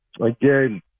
Again